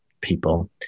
people